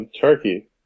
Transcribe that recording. Turkey